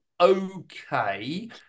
okay